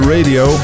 Radio